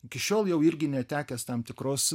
iki šiol jau irgi netekęs tam tikros